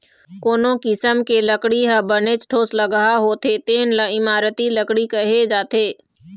कोनो किसम के लकड़ी ह बनेच ठोसलगहा होथे तेन ल इमारती लकड़ी कहे जाथे